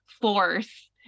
force